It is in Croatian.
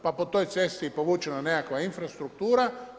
Pa po toj cesti je povučena nekakva infrastruktura.